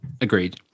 Agreed